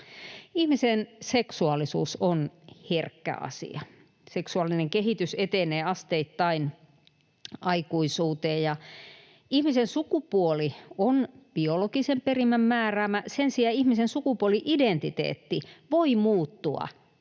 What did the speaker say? Ihmisen seksuaalisuus on herkkä asia. Seksuaalinen kehitys etenee asteittain aikuisuuteen, ja ihmisen sukupuoli on biologisen perimän määräämä. Sen sijaan ihmisen sukupuoli-identiteetti voi muuttua